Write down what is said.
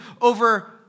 over